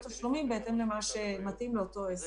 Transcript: תשלומים בהתאם למה שמתאים לאותו עסק.